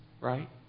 right